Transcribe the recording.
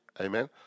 Amen